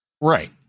Right